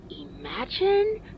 imagine